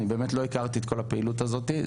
אני באמת לא הכרתי את כל הפעילות הזאתי,